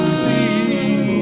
see